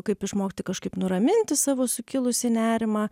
kaip išmokti kažkaip nuraminti savo sukilusį nerimą